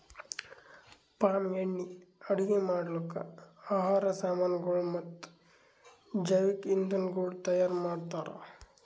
palm ಎಣ್ಣಿ ಅಡುಗಿ ಮಾಡ್ಲುಕ್, ಆಹಾರ್ ಸಾಮನಗೊಳ್ ಮತ್ತ ಜವಿಕ್ ಇಂಧನಗೊಳ್ ತೈಯಾರ್ ಮಾಡ್ತಾರ್